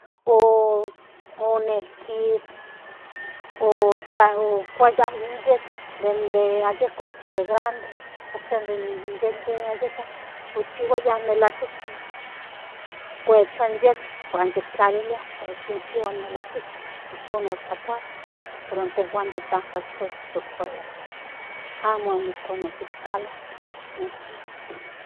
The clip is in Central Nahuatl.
otkuaya in yetl den de ayekotl den grande ósea in yetl de ayekotl okchihuaya melazhizhin kuechua in yetl huan tektlalilia okuel kinchihua in melazhizhin ijkon otlakuaya pero intejuan de tantas cosas okuaya amo oksaloske.